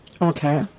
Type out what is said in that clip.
Okay